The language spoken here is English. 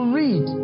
read